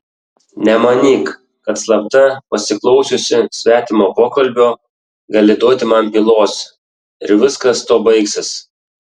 nemanyk kad slapta pasiklausiusi svetimo pokalbio gali duoti man pylos ir viskas tuo baigsis